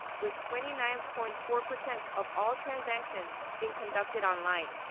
with twenty nine point four percent of all transactions being conducted online.